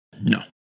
No